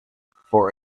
for